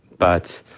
but,